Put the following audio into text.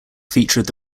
feature